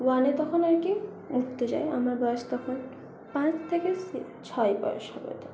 ওয়ানে তখন আর কি উঠতে যাই আমার বয়স তখন পাঁচ থেকে ছয় বয়েস হবে